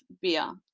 beer